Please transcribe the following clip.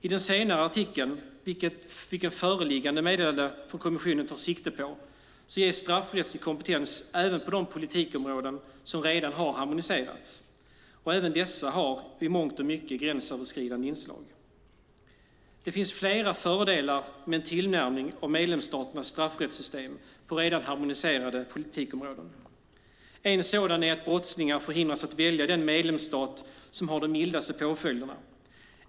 I den senare artikeln, vilken föreliggande meddelande från kommissionen tar sikte på, ges straffrättslig kompetens även på de politikområden som redan har harmoniserats. Även dessa har i mångt och mycket gränsöverskridande inslag. Det finns flera fördelar med en tillnärmning av medlemsstaternas straffrättssystem på redan harmoniserade politikområden. En sådan är att brottslingar förhindras att välja den medlemsstat som har de mildaste påföljderna.